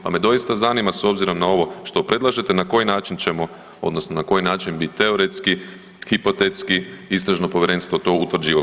Pa me doista zanima s obzirom na ovo što predlažete na koji način ćemo odnosno na koji način bi teoretski, hipotetski istražno povjerenstvo to utvrđivalo.